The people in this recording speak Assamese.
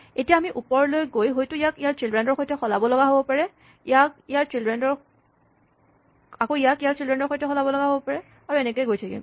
এতিয়া আমি ওপৰলৈ গৈ হয়তো ইয়াক ইয়াৰ চিল্ড্ৰেন ৰ সৈতে সলাব লগা হ'ব পাৰে ইয়াক ইয়াৰ চিল্ড্ৰেন ৰ সৈতে সলাব লগা হ'ব পাৰে আৰু এনেকৈয়ে গৈ থাকিম